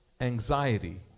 anxiety